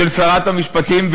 של שרת המשפטים,